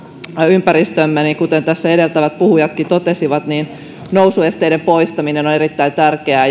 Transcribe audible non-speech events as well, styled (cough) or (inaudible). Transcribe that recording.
ympäristöömme niin kuten tässä edeltävät puhujatkin totesivat nousuesteiden poistaminen on on erittäin tärkeää (unintelligible)